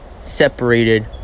Separated